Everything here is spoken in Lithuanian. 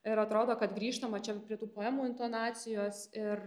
ir atrodo kad grįžtama čia prie tų poemų intonacijos ir